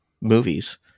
movies